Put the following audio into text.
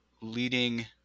leading